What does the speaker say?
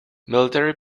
military